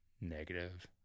negative